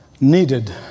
needed